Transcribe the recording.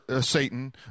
Satan